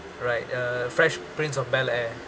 right uh fresh prince of bel-air